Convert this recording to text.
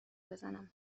بزنم